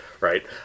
right